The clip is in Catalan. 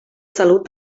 salut